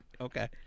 Okay